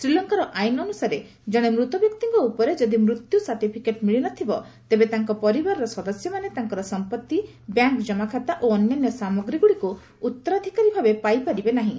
ଶ୍ରୀଲଙ୍କାର ଆଇନ ଅନୁସାରେ ଜଣେ ମୃତବ୍ୟକ୍ତିଙ୍କ ଉପରେ ଯଦି ମୃତ୍ୟୁ ସାର୍ଟିଫିକେଟ୍ ମିଳିନଥିବ ତେବେ ତାଙ୍କ ପରିବାରର ସଦସ୍ୟମାନେ ତାଙ୍କର ସମ୍ପଭି ବ୍ୟାଙ୍କ ଜମାଖାତା ଓ ଅନ୍ୟାନ୍ୟ ସାମଗ୍ରୀଗୁଡ଼ିକୁ ଉତ୍ତରାଧିକାରୀ ଭାବେ ପାଇପାରିବେ ନାହିଁ